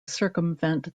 circumvent